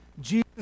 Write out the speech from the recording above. Jesus